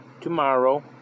tomorrow